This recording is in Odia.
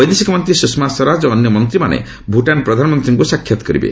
ବୈଦେଶିକ ମନ୍ତ୍ରୀ ସୁଷମା ସ୍ୱରାଜ ଓ ଅନ୍ୟ ମନ୍ତ୍ରୀମାନେ ଭୁଟାନ ପ୍ରଧାନମନ୍ତ୍ରୀଙ୍କୁ ସାକ୍ଷାତ କରିବେ